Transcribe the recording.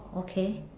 okay